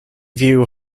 view